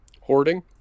Hoarding